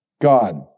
God